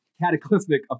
cataclysmic